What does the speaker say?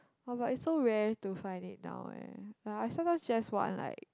!wah! but it's so rare to find it now eh like I sometimes just want like